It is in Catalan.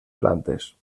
plantes